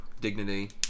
dignity